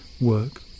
work